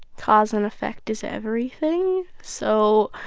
cause and effect is everything. so,